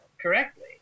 correctly